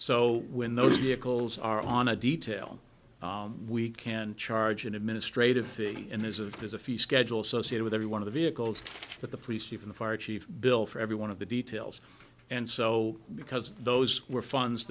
so when those vehicles are on a detail we can charge an administrative fee and is of there's a few schedule associated with every one of the vehicles that the police chief in the fire chief bill for every one of the details and so because those were funds